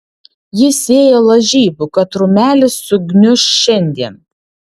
jis ėjo lažybų kad rūmelis sugniuš šiandien